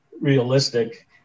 realistic